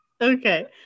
Okay